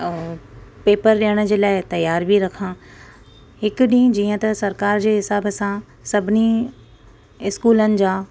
paper ॾियण जे लाइ तियारु बि रखां हिकु ॾीहुं जीअं त सरकार जे हिसाब सां सभिनी स्कूलनि जा